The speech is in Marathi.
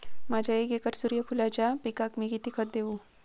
माझ्या एक एकर सूर्यफुलाच्या पिकाक मी किती खत देवू?